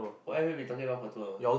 what have you been talking about for two hours